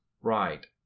Right